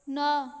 ନଅ